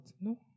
No